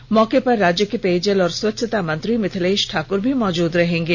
इस मौके पर राज्य के पेयजल एवं स्वच्छता मंत्री मिथिलेश ठाकर भी मौजुद रहेंगे